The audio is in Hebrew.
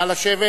נא לשבת.